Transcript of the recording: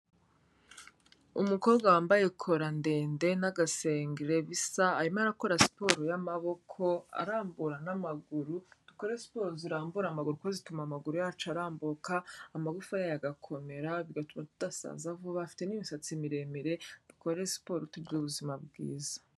Umukobwa wambaye cola ndende n'agasengebisa arimo akora siporo y'amaboko arambura n'amaguru, dukore siporo zirambura amaboko zituma amaguru yacu arambuka amagufa agakomera bigatuma tudasaza vuba, afite n'imisatsi miremire, dukore siporo tugira ubuzima bwiza.